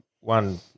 one